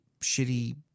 shitty